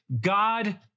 God